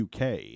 uk